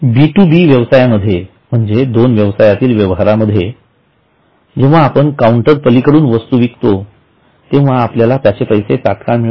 बी 2 B व्यवसायामध्ये म्हणजेच दोन व्यवसायातील व्यवहारामध्ये जेंव्हा आपण काउंटरपलीकडून वस्तू विकतो तेंव्हा आपल्याला त्याचे पैसे तात्काळ मिळत नाही